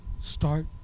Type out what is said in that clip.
start